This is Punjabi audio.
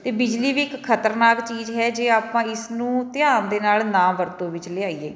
ਅਤੇ ਬਿਜਲੀ ਵੀ ਇੱਕ ਖਤਰਨਾਕ ਚੀਜ਼ ਹੈ ਜੇ ਆਪਾਂ ਇਸਨੂੰ ਧਿਆਨ ਦੇ ਨਾਲ ਨਾ ਵਰਤੋਂ ਵਿੱਚ ਲਿਆਈਏ